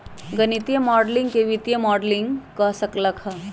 गणितीय माडलिंग के वित्तीय मॉडलिंग कह सक ल ह